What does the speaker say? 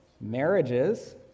marriages